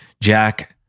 Jack